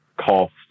cost